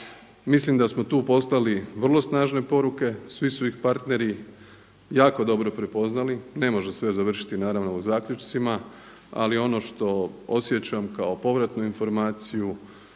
Mislim da smo tu poslali vrlo snažne poruke, svi su ih partneri jako dobro prepoznali. Ne može sve završiti naravno u zaključcima, ali ono što osjećam kao povratnu informaciju,